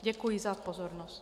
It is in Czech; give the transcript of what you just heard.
Děkuji za pozornost.